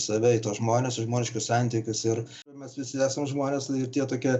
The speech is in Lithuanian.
save į tuos žmones į žmogiškus santykius ir mes visi esam žmonės ir tie tokie